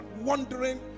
wondering